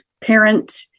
parent